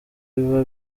biba